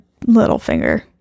Littlefinger